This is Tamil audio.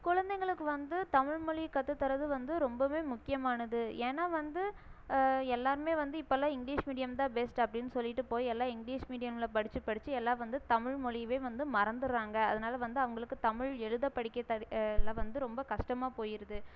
குழந்தைங்களுக்கு வந்து தமிழ்மொழியை கற்றுத்தறது வந்து ரொம்பவே முக்கியமானது ஏன்னா வந்து எல்லாருமே வந்து இப்போலாம் வந்து இங்கிலீஷ் மீடியம்தான் பெஸ்ட் அப்படினு சொல்லிட்டு போய் எல்லா இங்கிலீஷ் மீடியங்களில் படிச்சு படிச்சு எல்லா வந்து தமிழ்மொழியவே வந்து மறந்துட்றாங்க அதனால் வந்து அவங்களுக்கு தமிழ் எழுத படிக்க எல்லா வந்து ரொம்ப கஷ்டமாக போயிருது